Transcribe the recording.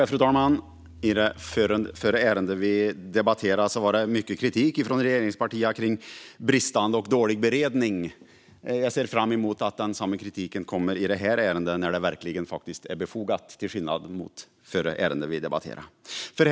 Fru talman! I det förra ärendet vi debatterade fanns det mycket kritik mot regeringspartierna om bristande och dålig beredning. Jag ser fram emot liknande kritik i det här ärendet, där det verkligen är befogat, till skillnad från i det förra ärendet.